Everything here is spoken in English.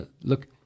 Look